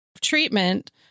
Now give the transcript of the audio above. treatment